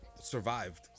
survived